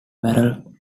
barrel